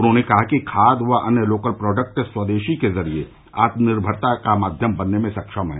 उन्होंने कहा कि खाद व अन्य लोकल प्रोडक्ट स्वदेशी के जरिये आत्मनिर्मरता का माध्यम बनने में सक्षम हैं